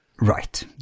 Right